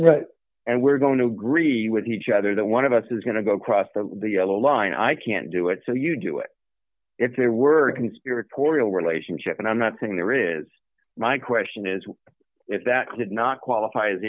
and we're going to agree with each other that one of us is going to go across the yellow line i can't do it so you do it if there were a conspiratorial relationship and i'm not saying there is my question is if that did not qualify as